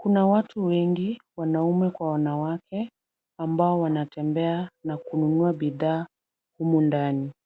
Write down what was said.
Kuna watu wengi wanaume kwa wanawake ambao wanatembea na kununua bidhaa humu ndani.